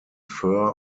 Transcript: fur